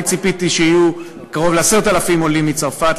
ציפיתי שיהיו קרוב ל-10,000 עולים מצרפת,